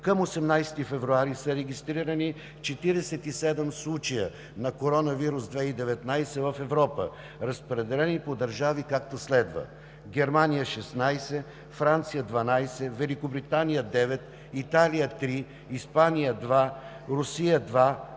Към 18 февруари са регистрирани 47 случая на коронавирус 2019 в Европа, разпределени по държави, както следва: в Германия – 16, Франция – 12, Великобритания – 9, Италия – 3, Испания – 2, Русия –